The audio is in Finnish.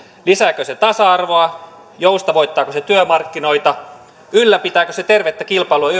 lisääkö se tasa arvoa joustavoittaako se työmarkkinoita ylläpitääkö se tervettä kilpailua